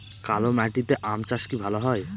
কালো মাটিতে আম চাষ কি ভালো হয়?